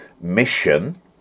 mission